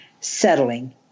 settling